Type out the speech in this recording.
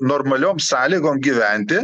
normaliom sąlygom gyventi